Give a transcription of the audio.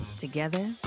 Together